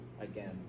again